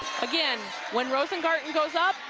again, when rosengarten goes up,